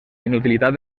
inutilitat